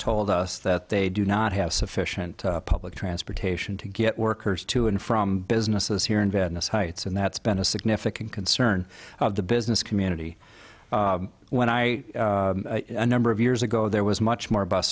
told us that they do not have sufficient public transportation to get workers to and from businesses here in venice heights and that's been a significant concern of the business community when i number of years ago there was much more bus